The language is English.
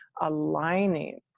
aligning